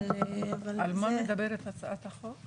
על מה מדברת הצעת החוק?